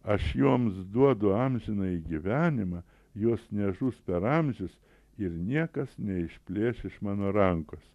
aš joms duodu amžinąjį gyvenimą jos nežus per amžius ir niekas neišplėš iš mano rankos